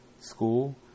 school